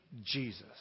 Jesus